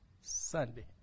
Sunday